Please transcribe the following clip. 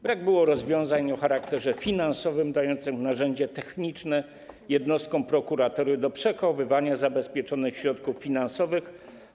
Brak było rozwiązań o charakterze finansowym dających narzędzie techniczne jednostkom prokuratury do przechowywania zabezpieczonych środków finansowych.